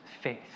faith